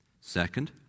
Second